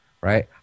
right